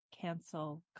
cancel